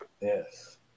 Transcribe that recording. Yes